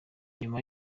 nyuma